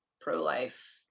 pro-life